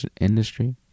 industry